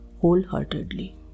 wholeheartedly